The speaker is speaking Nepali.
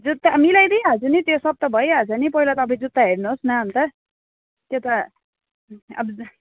जुत्ता मिलाइदिइहाल्छु नि त्यो सब त भइहाल्छ नि पहिला तपाईँ जुत्ता हेर्नुहोस् न अन्त त्यो त अब